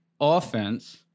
offense